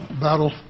battle